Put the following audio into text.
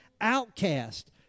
outcast